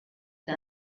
que